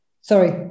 sorry